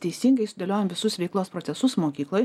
teisingai sudėliojam visus veiklos procesus mokykloj